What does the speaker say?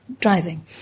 driving